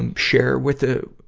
and share with a,